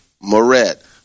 Moret